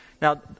Now